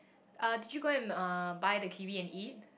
uh did you go and uh buy the kiwi and eat